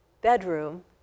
bedroom